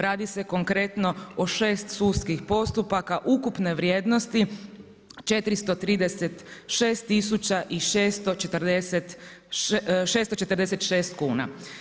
Radi se konkretno o 6 sudskih postupaka ukupne vrijednosti 436 646 kuna.